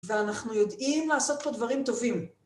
ואנחנו יודעים לעשות פה דברים טובים.